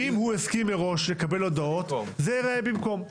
אם הוא הסכים מראש לקבל הודעות, זה במקום.